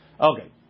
Okay